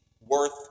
worth